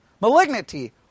Malignity